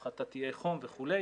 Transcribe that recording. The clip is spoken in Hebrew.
הפחתת איי חום וכו'.